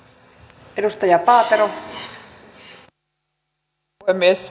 arvoisa rouva puhemies